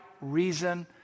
reason